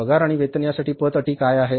पगार आणि वेतन यासाठी पत अटी काय आहेत